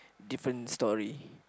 different story